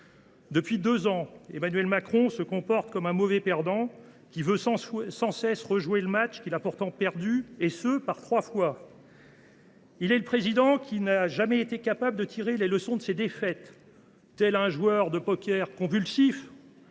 Depuis deux ans, Emmanuel Macron se comporte comme un mauvais perdant, qui veut sans cesse rejouer le match qu’il a pourtant perdu, et par trois fois ! Il sera le président qui n’aura jamais été capable de tirer les leçons de ses défaites : tel un joueur de poker compulsif,